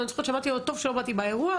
אני זוכרת שאמרתי לו 'טוב שלא באתי באירוע'